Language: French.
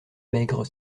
maigre